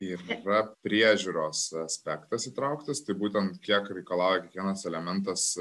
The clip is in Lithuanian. ir yra priežiūros aspektas įtrauktas tai būtent kiek reikalauja kiekvienas elementas